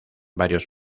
varios